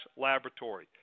laboratory